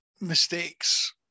mistakes